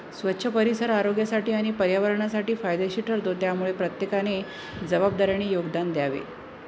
स्वच्छ परिसर आरोग्यासाठी आणि पर्यावरणासाठी फायदेशीर ठरतो त्यामुळे प्रत्येकाने जबाबदारीने योगदान द्यावे